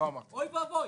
אוי ואבוי.